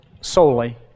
solely